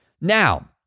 Now